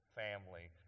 family